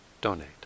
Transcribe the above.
donate